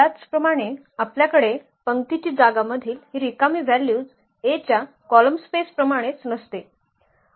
त्याचप्रमाणे आपल्याकडे पंक्तीची जागा मधील ही रिकामी व्हॅल्यूज A च्या कॉलम स्पेस प्रमाणेच नसते